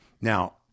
Now